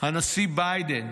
הנשיא ביידן